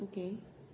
okay